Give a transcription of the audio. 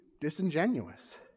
disingenuous